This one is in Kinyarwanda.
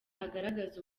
agaragaza